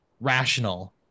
rational